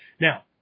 Now